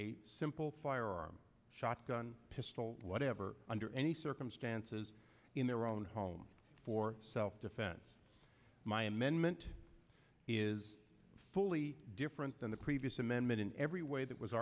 a simple firearm shotgun pistol whatever under any circumstances in their own home for self defense my amendment is fully different than the previous amendment in every way that was